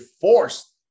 forced